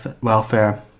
welfare